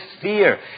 fear